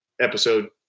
episode